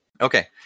Okay